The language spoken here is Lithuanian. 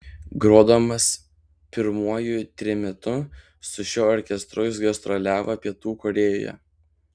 grodamas pirmuoju trimitu su šiuo orkestru jis gastroliavo pietų korėjoje